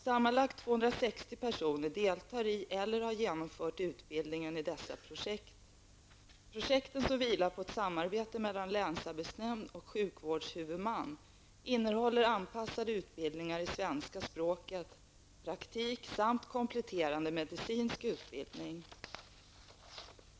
Sammanlagt 260 personer deltar i eller har genomfört utbildningen i dessa projekt. Projekten som vilar på ett samarbete mellan länsarbetsnämnd och sjukvårdshuvudman innehåller anpassade utbildningar i svenska språket, praktik samt kompletterande medicinsk utbildning.